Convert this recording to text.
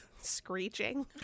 screeching